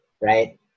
Right